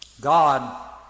God